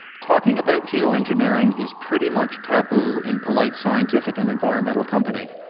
talking about geoengineering is pretty much taboo in polite scientific and environmental company.